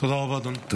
תודה רבה, אדוני.